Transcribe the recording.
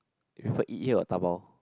you prefer eat here or dabao